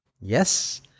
Yes